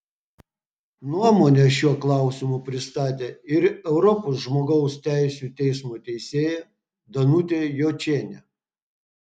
nuomonę šiuo klausimu pristatė ir europos žmogaus teisių teismo teisėja danutė jočienė